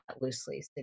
loosely